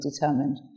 determined